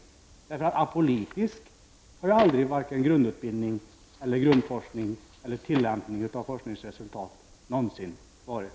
Apolitisk har aldrig vare sig grundforskningen eller tillämpningen av forskningsresultaten någonsin varit.